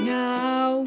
now